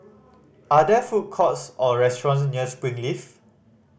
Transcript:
are there food courts or restaurants near Springleaf